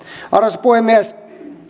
arvoisa puhemies